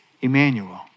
Emmanuel